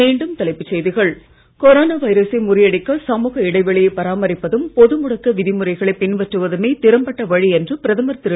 மீண்டும் தலைப்புச் செய்திகள் கொரோனா வைரசை முறியடிக்க சமூக இடைவெளியை பராமரிப்பதும் பொது முடக்க விதிமுறைகளை பின்பற்றுவதுமே திறம்பட்ட வழி என்று பிரதமர் திரு